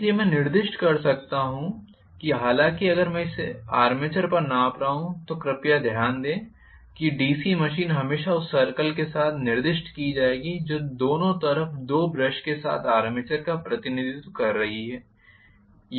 इसलिए मैं इसे निर्दिष्ट कर सकता हूं हालांकि अगर मैं इसे आर्मेचर पर माप रहा हूं तो कृपया ध्यान दें कि डीसी मशीन हमेशा उस सर्कल के साथ निर्दिष्ट की जाएगी जो दोनों तरफ दो ब्रश के साथ आर्मेचर का प्रतिनिधित्व कर रही है